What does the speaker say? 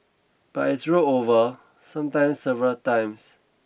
but it's rolled over sometimes several times